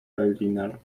berliner